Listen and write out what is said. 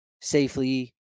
safely